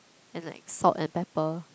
and like salt and pepper